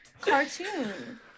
cartoon